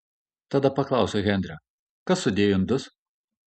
tada paklausiau henrio kas sudėjo indus